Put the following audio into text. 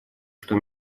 что